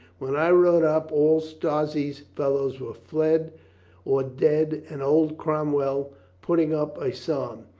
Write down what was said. when i rode up all strozzi's fel lows were fled or dead and old cromwell putting up a psalm.